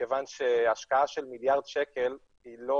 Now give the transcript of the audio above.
מכיוון שהשקעה של מיליארד שקל היא לא